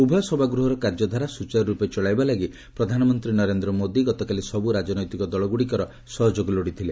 ଉଭୟ ସଭାଗୃହର କାର୍ଯ୍ୟଧାରା ସୂଚାରୁରୂପେ ଚଳାଇବା ଲାଗି ପ୍ରଧାନମନ୍ତ୍ରୀ ନରେନ୍ଦ୍ର ମୋଦି ଗତକାଲି ସବୁ ରାଜନୈତିକ ଦଳଗୁଡ଼ିକର ସହଯୋଗ ଲୋଡ଼ିଥିଲେ